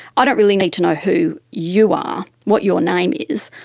i don't really need to know who you are, what your name is.